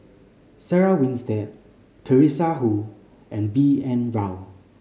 Sarah Winstedt Teresa Hsu and B N Rao